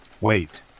Wait